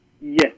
Yes